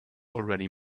already